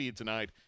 tonight